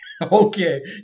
Okay